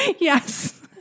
Yes